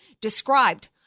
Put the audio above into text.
described